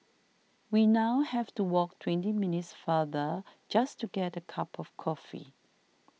we now have to walk twenty minutes farther just to get a cup of coffee